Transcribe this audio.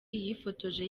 yifotoje